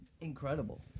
Incredible